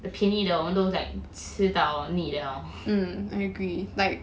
the 便宜的我们都吃到腻了